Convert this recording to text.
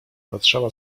patrzała